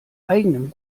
eigenem